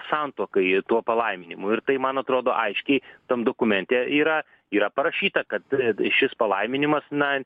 santuokai tuo palaiminimu ir tai man atrodo aiškiai tam dokumente yra yra parašyta kad šis palaiminimas na